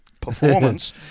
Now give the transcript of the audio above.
performance